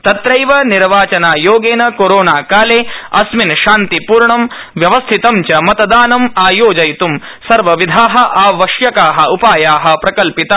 तत्रैव निर्वाचनायोगेन कोरोनाकाले अस्मिन् शान्तिपूर्ण व्यवस्थितं च मतदानं आयोजयित् ं सर्वविधा आवश्यका उपाया प्रकल्पिता सन्ति